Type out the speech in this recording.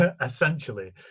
Essentially